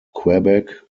quebec